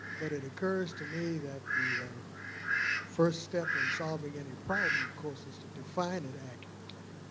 but it occurs to me that the first step in solving any problem of course is to define it accurately,